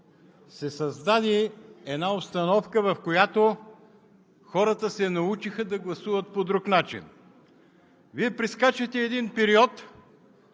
се създаде една обстановка, в която хората се научиха да гласуват по друг начин. Вие прескачате един период,